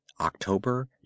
October